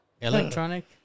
Electronic